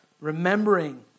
Remembering